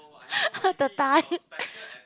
the time